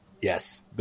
yes